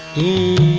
e